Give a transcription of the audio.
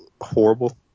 horrible